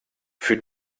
für